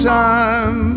time